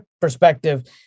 perspective